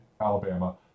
Alabama